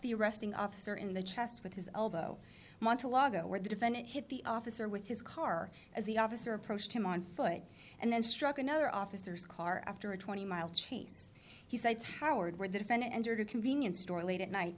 the arresting officer in the chest with his elbow monologue where the defendant hit the officer with his car as the officer approached him on foot and then struck another officer's car after a twenty mile chase he said howard where the defendant entered a convenience store late at night